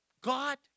God